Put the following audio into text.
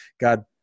God